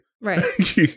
Right